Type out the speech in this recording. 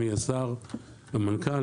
המנכ"ל,